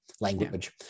language